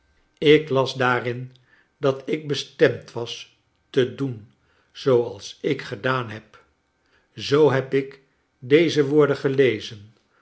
ik las daarin dat ik bestemd was te doen zooals ik gedaan heb zoo heb ik ieze woorden gelezen